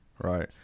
Right